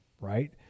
right